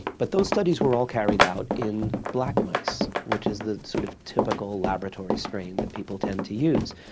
but those studies were all carried out in black mice, which is the sort of typical laboratory strain that people tend to use,